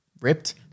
ripped